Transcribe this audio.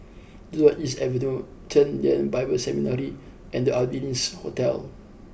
Jurong East Avenue Chen Lien Bible Seminary and The Ardennes Hotel